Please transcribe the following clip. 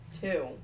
Two